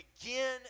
begin